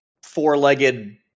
four-legged